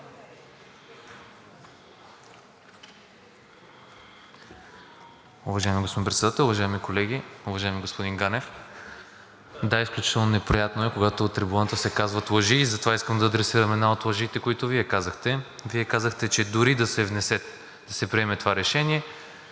Уважаеми господин Председател, уважаеми колеги, уважаеми господин Ганев! Да, изключително неприятно е, когато от трибуната се казват лъжи, и затова искам да адресирам една от лъжите, които Вие казахте. Вие казахте, че дори да се приеме това решение